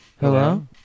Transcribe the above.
Hello